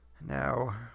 now